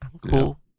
Cool